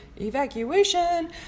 Evacuation